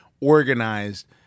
organized